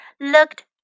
looked